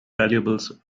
valuables